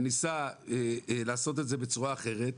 וניסה לעשות את זה בצורה אחרת.